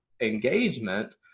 engagement